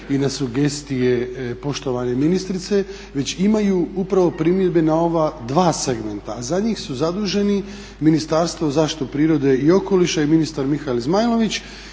i na sugestije poštovane ministrice već imaju upravo primjedbe na ova dva segmenta. A za njih su zaduženi Ministarstvo zaštite prirode i okoliša i ministar Mihael Zmajlović